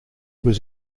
was